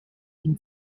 ihm